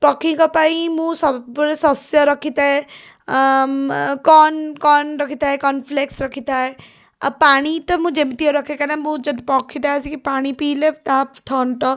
ପକ୍ଷୀଙ୍କ ପାଇଁ ମୁଁ ସବୁଳେ ଶସ୍ୟ ରଖିଥାଏ କର୍ନ କର୍ନ ରଖିଥାଏ କର୍ନଫ୍ଲେକ୍ସ ରଖିଥାଏ ଆଉ ପାଣି ତ ମୁଁ ଯେମିତି ହେଲେ ରଖେ କାଇଁନା ପକ୍ଷୀଟା ଆସି ପାଣି ପିଇଲେ ତା' ଥଣ୍ଟ